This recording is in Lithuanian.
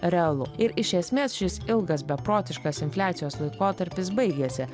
realu ir iš esmės šis ilgas beprotiškas infliacijos laikotarpis baigėsi